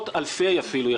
היא בת בית בוועדת הפנים.